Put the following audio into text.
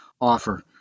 offer